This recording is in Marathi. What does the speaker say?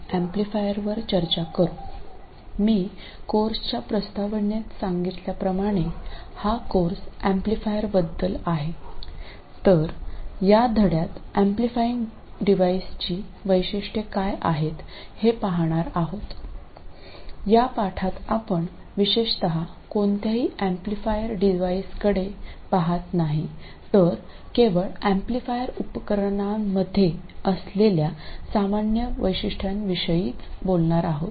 आता या पाठात आपण विशेषत कोणत्याही एम्पलीफायर डिव्हाइसकडे पहात नाही तर केवळ एम्पलीफायर उपकरणांमध्ये असलेल्या सामान्य वैशिष्ट्यांविषयीच बोलणार आहोत